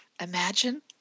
imagine